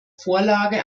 vorlage